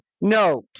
note